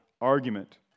argument